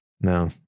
No